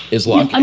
is luck and.